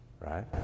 Right